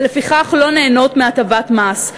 ולפיכך לא נהנות מהטבת מס,